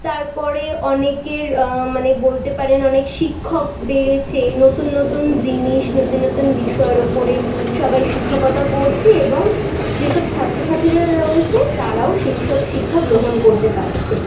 তারপরে অনেকের মানে বলতে পারেন অনেক শিক্ষক বেড়েছে নতুন নতুন জিনিস নতুন নতুন বিষয়ের ওপরে সবাই শিক্ষকতা করছে এবং যেসব ছাত্র ছাত্রীরা রয়েছে তারাও সেই সব শিক্ষা গ্রহণ করতে পারছে